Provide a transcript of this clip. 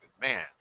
man